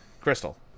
Crystal